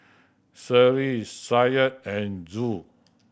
Seri Syah and Zul